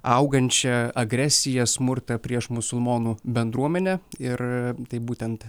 augančią agresiją smurtą prieš musulmonų bendruomenę ir tai būtent